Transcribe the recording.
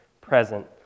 present